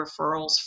referrals